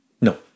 No